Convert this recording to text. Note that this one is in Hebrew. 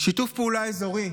שיתוף פעולה אזורי,